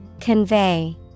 Convey